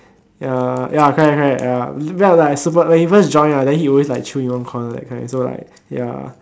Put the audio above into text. ya ya correct correct ya he was like super when he first join right he was always like chill in one corner that kind so like ya